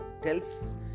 tells